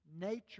nature